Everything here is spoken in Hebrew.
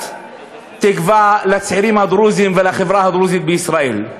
תקווה לצעירים הדרוזים ולחברה הדרוזית בישראל.